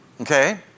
Okay